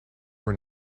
were